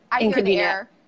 inconvenient